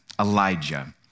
Elijah